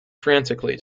frantically